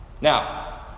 now